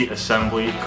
Assembly